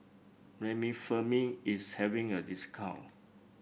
remifemin is having a discount